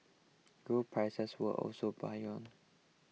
gold prices were also buoyant